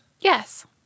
Yes